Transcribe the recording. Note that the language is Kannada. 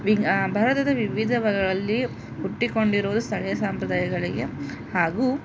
ವಿ ಭಾರತದ ವಿವಿಧ ಭಾಗಗಳಲ್ಲಿ ಹುಟ್ಟಿಕೊಂಡಿರುವ ಸಂಪ್ರದಾಯಗಳಿಗೆ ಹಾಗೂ